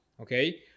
okay